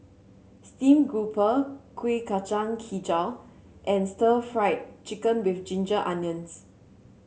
Steamed Grouper Kuih Kacang hijau and Stir Fried Chicken with Ginger Onions